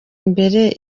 imbere